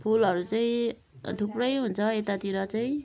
फुलहरू चाहिँ थुप्रै हुन्छ यतातिर चाहिँ